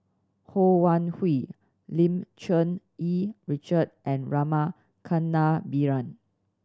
Ho Wan Hui Lim Cherng Yih Richard and Rama Kannabiran